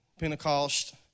Pentecost